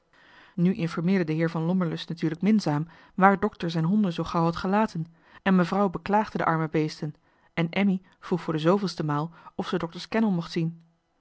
nu informeerde de heer van lommerlust natuurlijk met minzaamheid waar dokter zijn honden zoo gauw had gelaten en mevrouw beklaagde de arme beesten en emmy vroeg voor de vijfde maal of ze dokter's kennel mocht zien